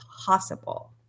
possible